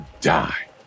die